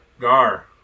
Gar